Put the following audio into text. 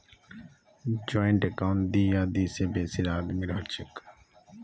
joint account दी या दी से बेसी आदमीर हछेक